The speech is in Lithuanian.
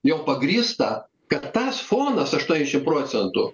jau pagrįsta kad tas fonas aštuondešimt procentų